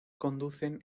conducen